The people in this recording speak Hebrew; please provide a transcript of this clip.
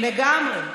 לגמרי.